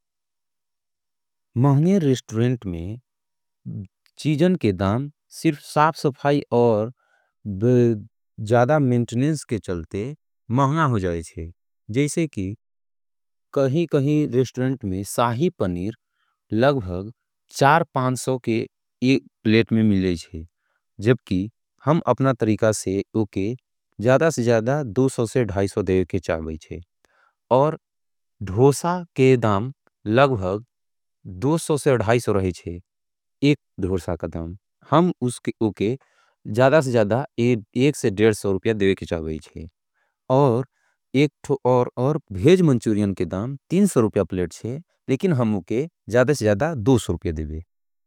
महने रिस्टोरेंट में चीजन के दाम सिर्फ साप सफाई और जाधा मेंटिनेंस के चलते महना हो जाये जैसे की कहीं कहीं रिस्टोरेंट में साही पनीर लगभग चार पांजो के एक प्लेट में मिले जे जबकि हम अपना तरीका से उके जाधा से जाधा दो सो से ड्हाई सो देवे के चाहबेचे और धोसा के दाम लगभग दो सो से ड्हाई सो रहेचे एक धोसा का दाम हम उसके उके जाधा से जाधा एक से देवे के चाहबेचे और एक थो और और भेज मंचुरियन के दाम तीन सो रुपया प्लेट शे लेकिन हम उके जाधा से जाधा दो सो रुपया देवे।